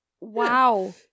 Wow